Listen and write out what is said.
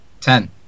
Ten